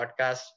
podcast